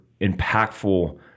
impactful